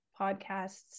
podcasts